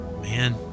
man